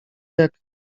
jak